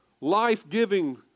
life-giving